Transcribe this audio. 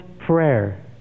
Prayer